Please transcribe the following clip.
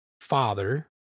father